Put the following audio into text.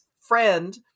friend